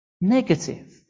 Negative